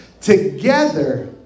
together